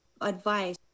advice